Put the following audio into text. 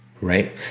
Right